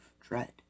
dread